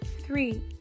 three